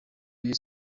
rayon